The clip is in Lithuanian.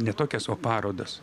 ne tokias o parodas